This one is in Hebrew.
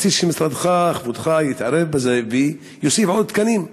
רציתי שמשרדך, כבודך, יתערב בזה ויוסיף תקנים.